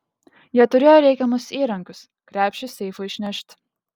jie turėjo reikiamus įrankius krepšį seifui išnešti